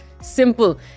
simple